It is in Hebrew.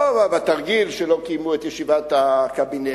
לא רק התרגיל, שלא קיימו את ישיבת הקבינט.